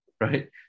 Right